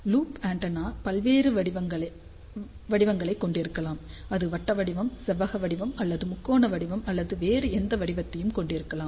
loop antenna பல்வேறு வடிவங்ககளைக் கொண்டிருக்கலாம் இது வட்ட வடிவம் செவ்வக வடிவம் அல்லது முக்கோண வடிவம் அல்லது வேறு எந்த வடிவத்தையும் கொண்டிருக்கலாம்